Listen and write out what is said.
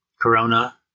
corona